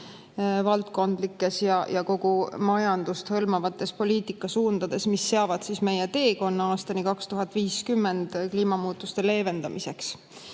valdkondlikes ja kogu majandust hõlmavates poliitikasuundades, mis seavad meie teekonna aastani 2050 kliimamuutuste leevendamiseks.